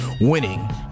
winning